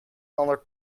ander